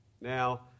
Now